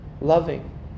loving